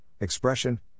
expression